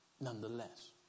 nonetheless